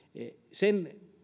sen